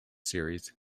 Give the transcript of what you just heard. series